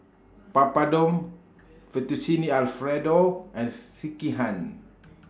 Papadum Fettuccine Alfredo and Sekihan